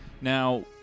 Now